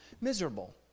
miserable